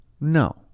No